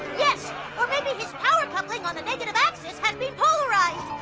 yes, or maybe his power coupling on the negative axis has been polarized!